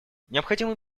необходимы